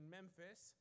Memphis